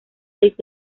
seis